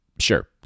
Sure